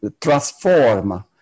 transform